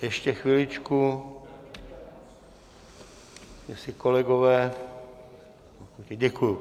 Ještě chviličku, jestli kolegové děkuji.